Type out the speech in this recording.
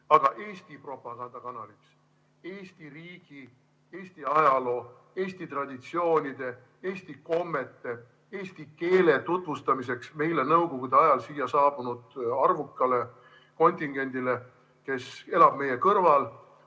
aga Eesti propagandakanaliks. Eesti riigi, Eesti ajaloo, eesti traditsioonide, eesti kommete, eesti keele tutvustamiseks meile nõukogude ajal siia saabunud arvukale kontingendile, kes elab meie kõrval